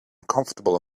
uncomfortable